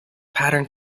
pattern